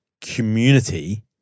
community